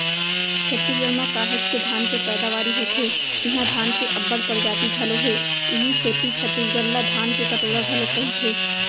छत्तीसगढ़ म काहेच के धान के पैदावारी होथे इहां धान के अब्बड़ परजाति घलौ हे इहीं सेती छत्तीसगढ़ ला धान के कटोरा घलोक कइथें